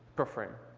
per frame.